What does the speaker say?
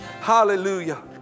Hallelujah